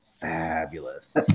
fabulous